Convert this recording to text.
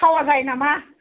थावा जायो नामा